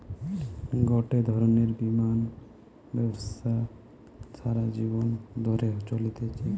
গটে ধরণের বীমা ব্যবস্থা সারা জীবন ধরে চলতিছে